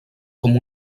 com